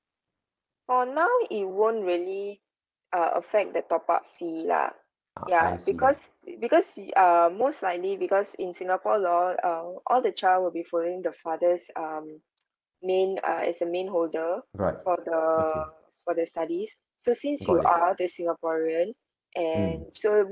for now it won't really uh affect the top up fee lah ya because because you um most likely because in singapore law uh all the child will be following the father's um main uh as a main holder for the for the studies so since you are the singaporeans and so